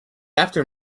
after